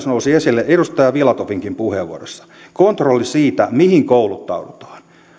nousi esille edustaja filatovinkin puheenvuorossa kontrolli siitä mihin kouluttaudutaan